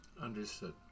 Understood